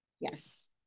Yes